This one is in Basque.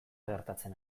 gertatzen